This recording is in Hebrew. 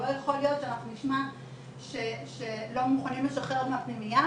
לא יכול להיות שאנחנו נשמע שלא מוכנים לשחרר מהפנימייה